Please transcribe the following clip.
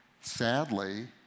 sadly